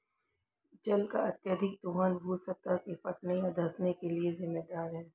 जल का अत्यधिक दोहन भू सतह के फटने या धँसने के लिये जिम्मेदार है